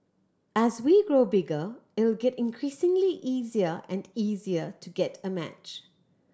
as we grow bigger it will get increasingly easier and easier to get a match